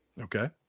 Okay